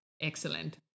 excellent